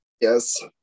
Yes